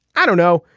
i don't know.